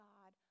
God